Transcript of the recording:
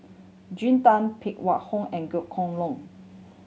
Jean Tay Phan Wait Hong and Goh Kheng Long